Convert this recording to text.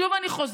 שוב אני חוזרת: